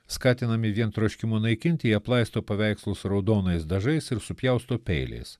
skatinami vien troškimo naikinti jie aplaisto paveikslus raudonais dažais ir supjausto peiliais